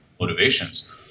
motivations